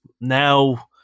now